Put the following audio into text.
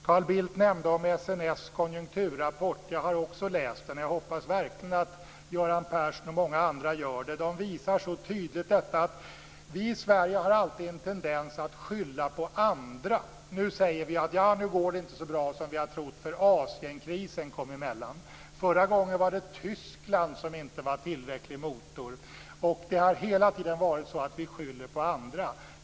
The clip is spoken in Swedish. Carl Bildt nämnde SNS konjunkturrapport. Jag har också läst den, och jag hoppas verkligen att Göran Persson och många andra gör det. Den visar så tydligt detta att vi i Sverige alltid har en tendens att skylla på andra. Nu säger vi att nja, det går inte så bra som vi hade trott för Asienkrisen kom emellan. Förra gången var det Tyskland som inte var en tillräcklig motor. Det har hela tiden varit så att vi skyller på andra.